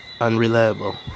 unreliable